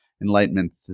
enlightenment